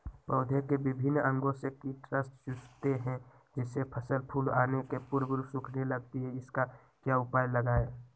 पौधे के विभिन्न अंगों से कीट रस चूसते हैं जिससे फसल फूल आने के पूर्व सूखने लगती है इसका क्या उपाय लगाएं?